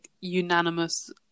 unanimous